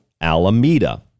Alameda